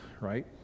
right